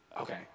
Okay